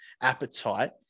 appetite